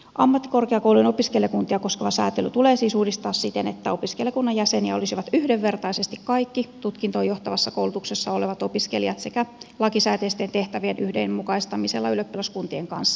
ammattikorkeakoulujen opiskelijakuntia koskeva säätely tulee siis uudistaa siten että opiskelijakunnan jäseniä olisivat yhdenvertaisesti kaikki tutkintoon johtavassa koulutuksessa olevat opiskelijat sekä lakisääteisten tehtävien yhdenmukaistamisella ylioppilaskuntien kanssa